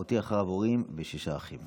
הותיר אחריו הורים ושישה אחים.